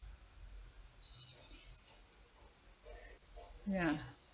ya